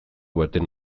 baten